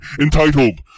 entitled